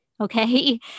Okay